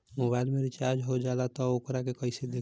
Mobile में recharge हो जाला त वोकरा के कइसे देखी?